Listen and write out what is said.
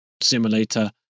simulator